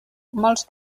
molts